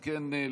אם כן,